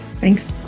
Thanks